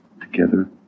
together